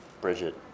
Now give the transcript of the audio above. Bridget